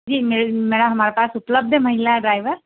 जी madam हमारे पास उपलब्ध है महिला ड्राइवर